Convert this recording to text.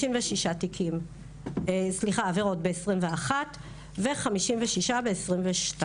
56 עבירות ב-2021 ו-56 ב-2022.